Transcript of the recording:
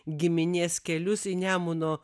giminės kelius į nemuno